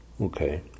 Okay